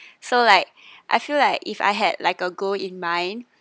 so like I feel like if I had like a goal in mind